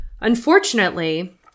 Unfortunately